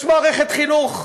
יש מערכת חינוך,